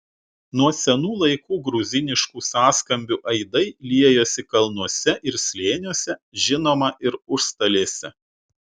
nuo senų laikų gruziniškų sąskambių aidai liejosi kalnuose ir slėniuose žinoma ir užstalėse